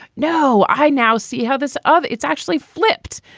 no, i now see how this of it's actually flipped.